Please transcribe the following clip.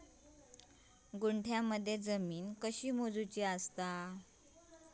गुंठयामध्ये जमीन कशी मोजूची असता?